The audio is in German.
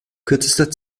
kürzester